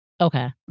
Okay